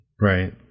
Right